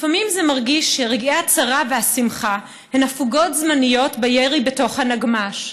לפעמים זה מרגיש שרגעי הצרה והשמחה הם הפוגות זמניות בירי בתוך הנגמ"ש,